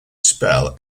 spell